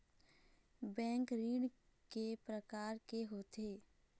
Bank ऋण के प्रकार के होथे?